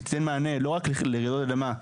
שתיתן מענה לא רק לרעידות אדמה,